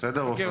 בסדר, עופר.